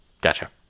Gotcha